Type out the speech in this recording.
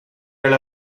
alla